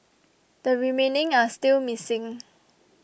the remaining are still missing